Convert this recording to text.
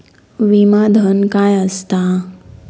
विमा धन काय असता?